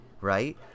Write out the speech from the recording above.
Right